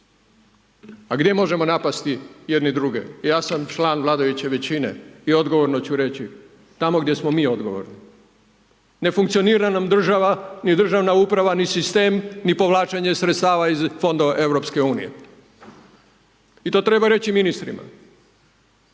A gdje možemo napasti jedne druge? Ja sam član vladajuće većine i odgovorno ću reći tamo gdje smo mi odgovorni. Ne funkcionira nam država, ni državna uprava, ni sistem, ni povlačenje sredstava iz fondova Europske unije, i to treba reći ministrima,